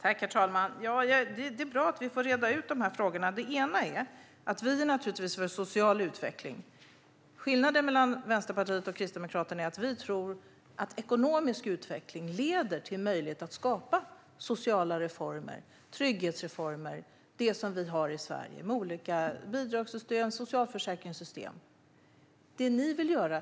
Herr talman! Det är bra att vi får reda ut de här frågorna. Vi i Kristdemokraterna är naturligtvis för en social utveckling. Skillnaden mellan Vänsterpartiet och Kristdemokraterna är att vi tror att ekonomisk utveckling leder till en möjlighet att skapa sociala reformer, trygghetsreformer, olika bidragssystem och socialförsäkringssystem - det som vi har i Sverige.